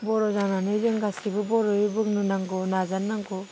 बर' जानानै जों गासिबो बर'यै बुंनो नांगौ नाजानांगौ